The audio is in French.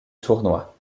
tournoi